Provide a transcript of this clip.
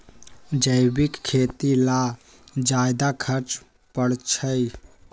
जैविक खेती ला ज्यादा खर्च पड़छई?